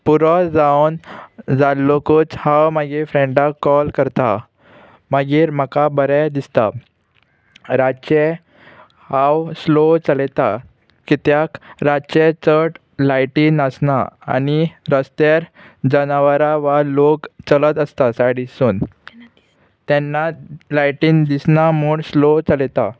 पुरो जावन जाल्लोकूच हांव मागीर फ्रेंडाक कॉल करता मागीर म्हाका बरें दिसता रातचे हांव स्लो चलयता कित्याक रातचे चड लायटीन नासना आनी रस्त्यार जनावरां वा लोक चलत आसता सायडीसून तेन्ना लायटीन दिसना म्हूण स्लो चलयता